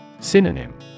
Synonym